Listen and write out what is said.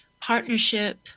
partnership